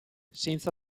senza